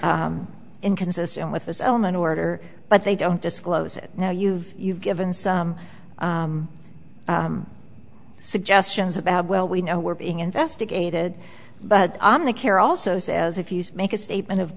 inconsistent with the selman order but they don't disclose it now you've you've given some suggestions about well we know we're being investigated but on the care also says if you make a statement of